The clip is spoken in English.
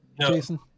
Jason